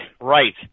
right